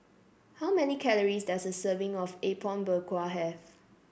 how many calories does a serving of Apom Berkuah have